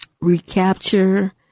recapture